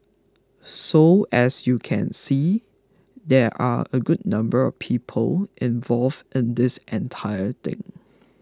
so as you can see there are a good number of people involved in this entire thing